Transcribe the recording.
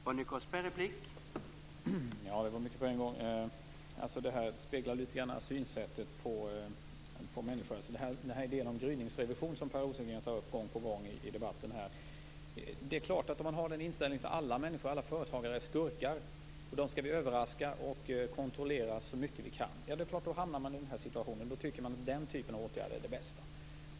Herr talman! Det var mycket på en gång. Per Rosengren tar i debatten gång på gång upp införande av gryningsrevision. Om man har den inställningen att alla människor och företagare är skurkar som skall överraskas och kontrolleras så mycket vi kan, är det klart att man tycker att den här typen av åtgärder är det bästa.